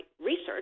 research